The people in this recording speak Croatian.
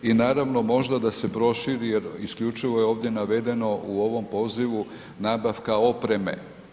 I naravno možda da se proširi jer isključivo je ovdje navedeno u ovom pozivu nabavka opreme.